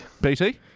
BT